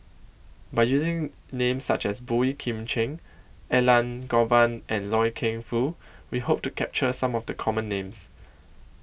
By using Names such as Boey Kim Cheng Elangovan and Loy Keng Foo We Hope to capture Some of The Common Names